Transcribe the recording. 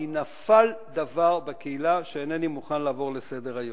כי נפל דבר בקהילה שאינני מוכן לעבור עליו לסדר-היום.